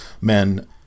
men